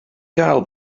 gael